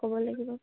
ক'ব লাগিব